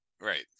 Right